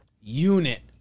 unit